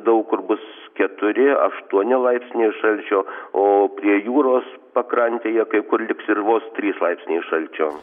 daug kur bus keturi aštuoni laipsniai šalčio o prie jūros pakrantėje kai kur liks ir vos trys laipsniai šalčio